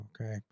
Okay